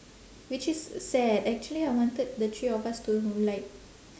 which is sad actually I wanted the three of us to like